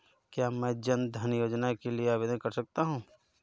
क्या मैं जन धन योजना के लिए आवेदन कर सकता हूँ?